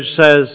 says